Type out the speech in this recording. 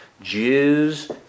Jews